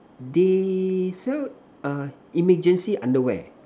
they sell uh emergency underwear